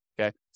okay